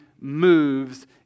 moves